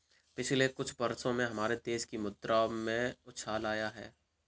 पिछले कुछ वर्षों में हमारे देश की मुद्रा में उछाल आया है